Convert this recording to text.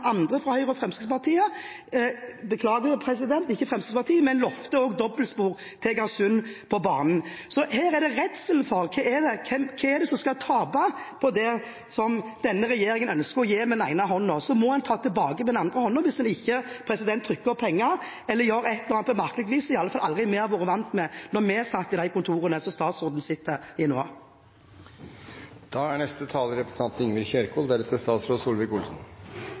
andre fra Høyre, og som lovte dobbeltspor til Egersund på jernbanen. Her er det redsel for hvem som skal tape. Denne regjeringen ønsker å gi med den ene hånden og må ta tilbake med den andre hånden hvis en ikke skal trykke opp penger eller gjøre et eller annet på et merkelig vis, som i alle fall vi aldri var vant til, da vi satt i de kontorene som statsråden sitter i nå. Når statsråd